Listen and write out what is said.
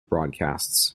broadcasts